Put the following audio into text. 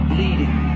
Bleeding